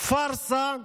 פארסה,